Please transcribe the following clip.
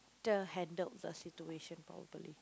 ~ter handled the situation properly